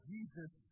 Jesus